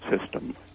system